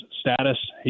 status